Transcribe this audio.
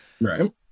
Right